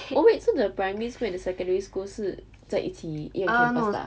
oh wait so the primary school and secondary school 是在一起一样 campus ah